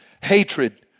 Hatred